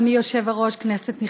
תודה לסגן מזכירת הכנסת.